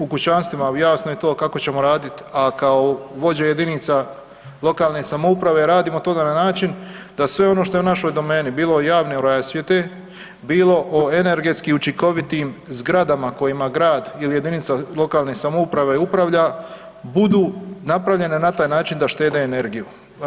U kućanstvima jasno je to kako ćemo radit, a kao vođe jedinica lokalne samouprave radimo to na način da sve ono što je u našoj domeni, bilo javne rasvjete, bilo energetski učinkovitim zgradama kojima grad ili jedinica lokalne samouprave upravlja budu napravljena na taj način da štede energiju.